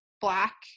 black